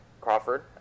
Crawford